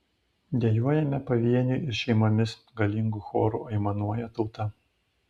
dejuojame pavieniui ir šeimomis galingu choru aimanuoja tauta